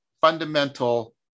fundamental